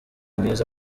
mwiza